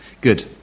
Good